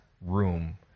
room